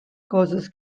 causes